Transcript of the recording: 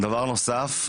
דבר נוסף,